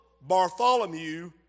Bartholomew